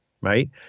right